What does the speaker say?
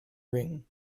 ring